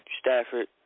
Stafford